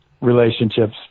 relationships